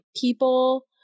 people